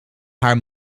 haar